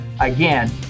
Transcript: again